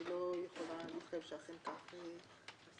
אני לא יכולה להתחייב שאכן כך יהיה.